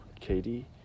Katie